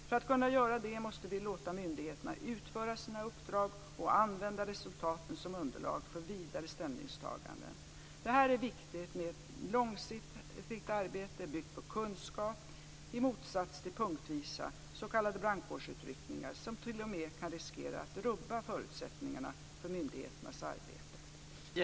För att kunna göra det måste vi låta myndigheterna utföra sina uppdrag och använda resultaten som underlag för vidare ställningstaganden. Det är här viktigt med ett långsiktigt arbete, byggt på kunskap, i motsats till punktvisa s.k. brandkårsutryckningar som till och med kan riskera att rubba förutsättningarna för myndigheternas arbete.